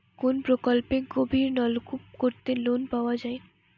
কোন প্রকল্পে গভির নলকুপ করতে লোন পাওয়া য়ায়?